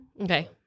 Okay